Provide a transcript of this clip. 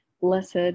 Blessed